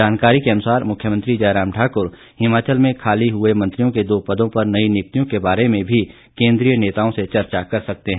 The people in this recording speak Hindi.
जानकारी के अनुसार मुख्यमंत्री जयराम ठाकुर हिमाचल में खाली हुए मंत्रियों के दो पदों पर नई नियुक्तियों के बारे में भी केंद्रीय नेताओं से चर्चा कर सकते हैं